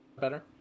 Better